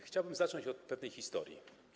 Chciałbym zacząć od pewnej historii.